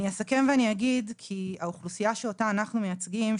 אני אסכם ואומר כי האוכלוסייה שאותה אנחנו מייצגים,